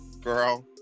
Girl